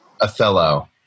Othello